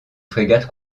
frégates